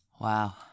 Wow